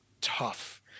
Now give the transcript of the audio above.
tough